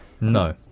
No